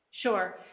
Sure